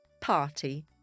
party